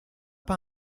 pas